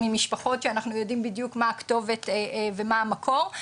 ממשפחות שאנחנו יודעים בדיוק מה הכתובת ומה המקור.